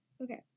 Okay